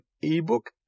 ebook